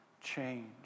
change